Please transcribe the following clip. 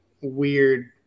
weird